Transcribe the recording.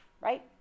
right